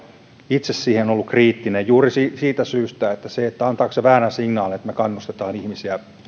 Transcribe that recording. itse ollut kriittinen juuri siitä syystä että antaako se väärän signaalin että me kannustamme ihmisiä